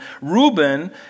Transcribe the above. Reuben